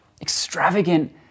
Extravagant